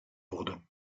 wurde